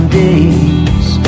days